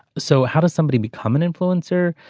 so how does somebody become an influencer.